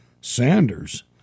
Sanders